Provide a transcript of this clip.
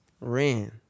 Ran